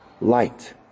light